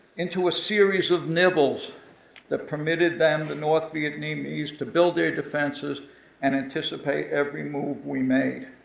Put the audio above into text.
into a series of nibbles that permitted then the north vietnamese to build their defenses and anticipate every move we made.